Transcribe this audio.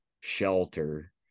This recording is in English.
shelter